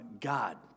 God